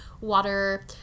water